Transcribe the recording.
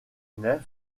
nef